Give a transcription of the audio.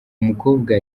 mukobwa